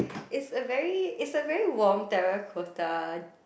is a very is a very warm terracotta